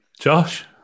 Josh